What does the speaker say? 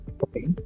okay